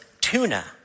Tuna